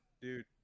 dude